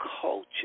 culture